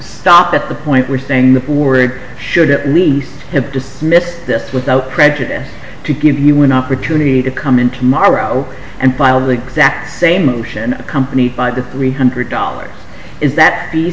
stop at the point we're saying the word should at least have dismissed this without prejudice to give you an opportunity to come in tomorrow and filed the exact same motion accompanied by the three hundred dollars is that